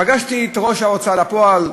פגשתי את ראש ההוצאה לפועל,